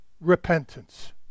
repentance